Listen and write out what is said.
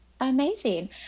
Amazing